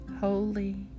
Holy